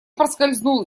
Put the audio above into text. проскользнул